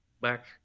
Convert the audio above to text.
back